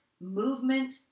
movement